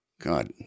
God